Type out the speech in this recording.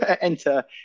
enter